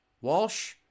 Walsh